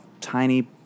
tiny